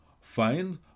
find